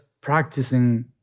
practicing